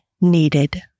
needed